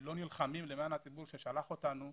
לא נלחמים למען הציבור ששלח אותנו,